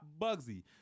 bugsy